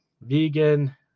vegan